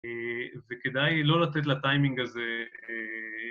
וכדאי לא לתת לטיימינג הזה...